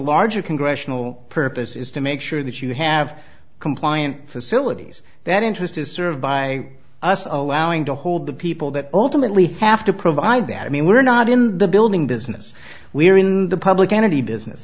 larger congressional purpose is to make sure that you have compliant facilities that interest is served by us allowing to hold the people that ultimately have to provide that i mean we're not in the building business we're in the public entity business